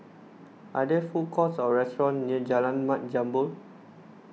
are there food courts or restaurants near Jalan Mat Jambol